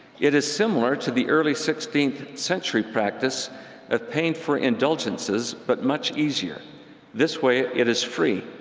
it is similar to the early sixteenth century practice of paying for indulgences, but much easier this way it is free!